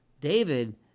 David